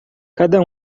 cada